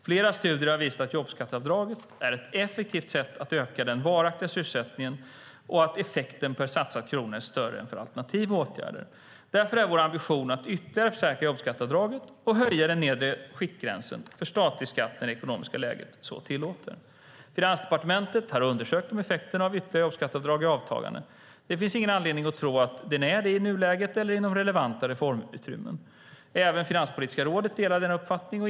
Flera studier har visat att jobbskatteavdraget är ett effektivt sätt att öka den varaktiga sysselsättningen och att effekten per satsad krona är större än för alternativa åtgärder. Därför är vår ambition att ytterligare förstärka jobbskatteavdraget och höja den nedre skiktgränsen för statlig skatt när det ekonomiska läget så tillåter. Finansdepartementet har undersökt om effekten av ytterligare jobbskatteavdrag är avtagande. Det finns inte anledning att tro att den är det i nuläget eller inom relevant reformutrymme. Även Finanspolitiska rådet delar denna uppfattning.